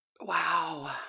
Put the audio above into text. Wow